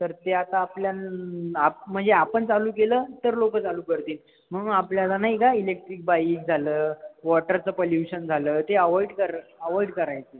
तर ते आता आपल्या म्हणजे आपण चालू केलं तर लोकं चालू करतील म्हणून आपल्याला नाही का इलेक्ट्रिक बाईक झालं वॉटरचं पोल्यूशन झालं ते अवॉइड अवॉइड करायचं आहे